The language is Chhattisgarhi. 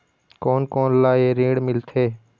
कोन कोन ला ये ऋण मिलथे?